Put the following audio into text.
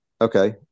Okay